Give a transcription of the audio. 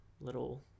little